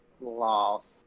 Loss